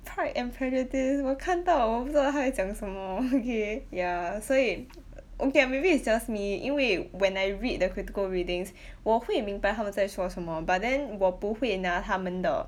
pride and prejudice 我看到我不知道他在讲什么 okay ya 所以 err okay maybe it's just me 因为 when I read the critical readings 我会明白他们在说什么 but then 我不会那他们的